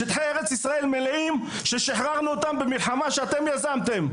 שטחי ארץ ישראל מלאים ששחררנו אותם במלחמה שאתם יזמתם.